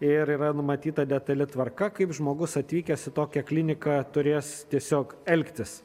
ir yra numatyta detali tvarka kaip žmogus atvykęs į tokią kliniką turės tiesiog elgtis